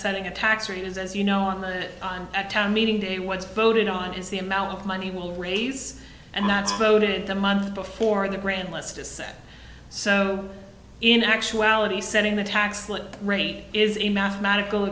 setting a tax rate is as you know on the on at town meeting today what's voted on is the amount of money will raise and that's voted the month before the grand list is set so in actuality setting the tax rate is a mathematical